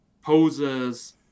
poses